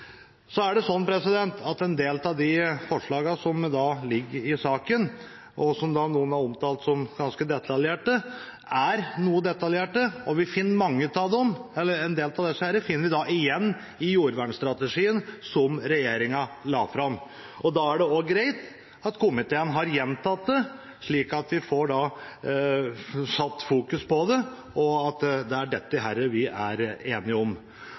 Så er det sånn at en del av de forslagene som ligger i saken, og som noen har omtalt som ganske detaljerte, er noe detaljerte, og en del av dem finner vi igjen i jordvernstrategien som regjeringen la fram. Da er det også greit at komiteen har gjentatt det, slik at vi får satt fokus på det, og at det er dette vi er enige om.